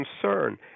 concern